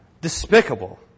despicable